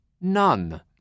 none